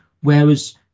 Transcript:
Whereas